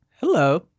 Hello